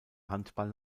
handball